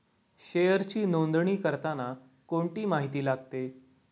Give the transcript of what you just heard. शेअरची नोंदणी करताना कोणती माहिती लागते?